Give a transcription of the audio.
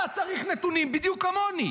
אתה צריך נתונים בדיוק כמוני,